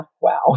wow